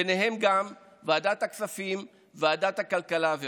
ובהן ועדת הכספים וועדת הכלכלה.